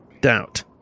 doubt